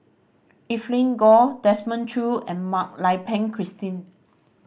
Evelyn Goh Desmond Choo and Mak Lai Peng Christine